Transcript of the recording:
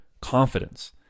confidence